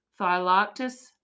Thylactus